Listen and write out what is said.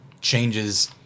changes